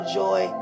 joy